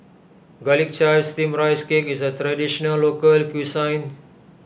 Garlic Chives Steamed Rice Cake is a Traditional Local Cuisine